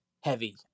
heavy